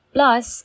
Plus